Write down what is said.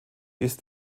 ist